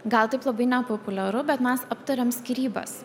gal taip labai nepopuliaru bet mes aptarėm skyrybas